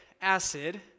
acid